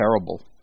terrible